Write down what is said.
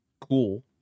cool